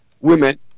women